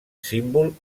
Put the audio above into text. símbol